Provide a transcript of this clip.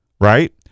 right